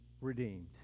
redeemed